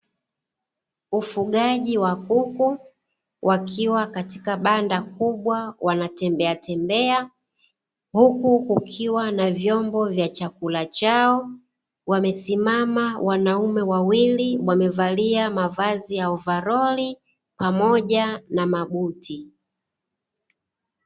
Ufugaji wa kuku wakiwa katika banda kubwa wanatembeatembea huku kukiwa na vyombo vya chakula chao, wamesimama wanaume wawili wamevalia mavazi ya ovaroli pamoja na mabuti.